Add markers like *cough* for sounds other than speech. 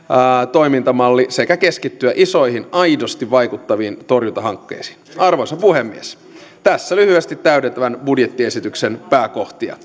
toimintamalli ja siinä on tarkoitus keskittyä isoihin aidosti vaikuttaviin torjuntahankkeisiin arvoisa puhemies tässä lyhyesti täydentävän budjettiesityksen pääkohtia *unintelligible*